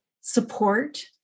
support